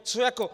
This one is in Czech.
Co jako?